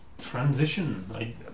transition